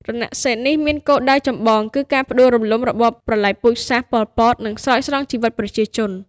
រណសិរ្សនេះមានគោលដៅចម្បងគឺការផ្ដួលរំលំរបបប្រល័យពូជសាសន៍ ប៉ុល ពត និងស្រោចស្រង់ជីវិតប្រជាជន។